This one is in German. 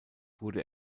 wurde